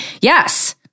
Yes